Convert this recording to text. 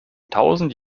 tausend